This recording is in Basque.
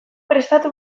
prestatu